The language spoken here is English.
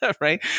right